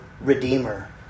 Redeemer